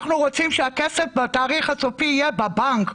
אנחנו רוצים שהכסף בתאריך הסופי יהיה בבנק.